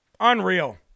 unreal